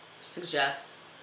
suggests